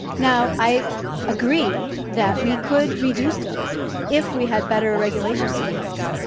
now, i agree that we could reduce those if we had better regulations in place,